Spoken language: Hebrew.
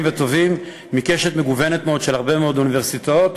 וטובים מקשת מגוונת מאוד של הרבה מאוד אוניברסיטאות,